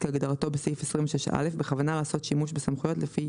כהגדרתו בסעיף 26א בכוונה לעשות שימוש בסמכויות לפי